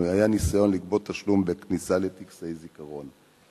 או היה ניסיון לגבות תשלום בכניסה לטקסי זיכרון.